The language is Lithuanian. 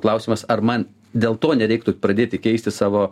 klausimas ar man dėl to nereiktų pradėti keisti savo